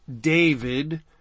David